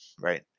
Right